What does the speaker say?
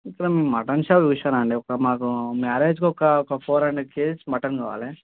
ఇక్కడ మీ mutton shop చూశానండీ ఒక మాకు మ్యారేజ్కు ఒకా ఒక ఫోర్ హండ్రెడ్ కేజెస్ మటన్ కావాలి